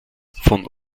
von